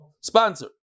sponsor